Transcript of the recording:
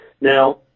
Now